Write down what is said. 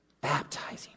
Baptizing